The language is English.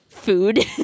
Food